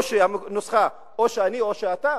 או, הנוסחה היא: או שאני או שאתה,